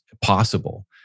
possible